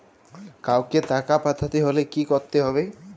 কাওকে টাকা পাঠাতে হলে কি করতে হবে?